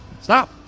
stop